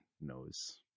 knows